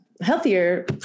healthier